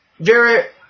Jarrett